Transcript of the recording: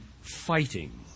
fighting